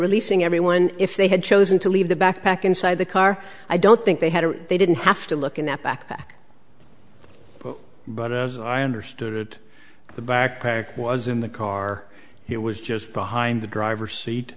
releasing everyone if they had chosen to leave the backpack inside the car i don't think they had or they didn't have to look in that back but as i understood it the backpack was in the car it was just behind the driver seat